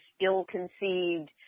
ill-conceived